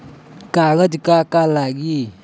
कागज का का लागी?